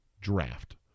draft